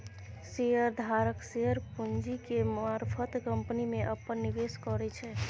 share धारक share पूंजी के मारफत कंपनी में अप्पन निवेश करै छै